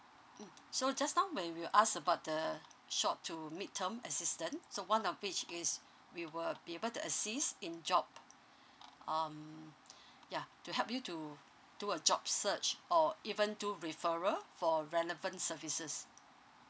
mm so just now when you asked about the short to midterm assistant so one of which is we will be able to assist in job um yeah to help you to do a job search or even do referral for relevant services